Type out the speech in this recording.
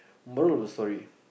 moral of the story